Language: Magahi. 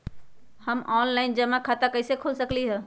हम ऑनलाइन जमा खाता कईसे खोल सकली ह?